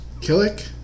Killick